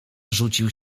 rzucił